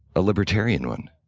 a libertarian one.